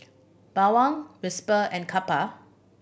Bawang Whisper and Kappa